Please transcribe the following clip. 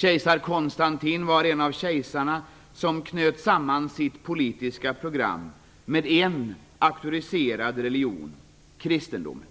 Kejsar Konstantin var en av de kejsare som knöt samman sitt politiska program med en auktoriserad religion: kristendomen.